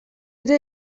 ere